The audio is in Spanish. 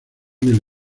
del